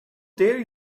dare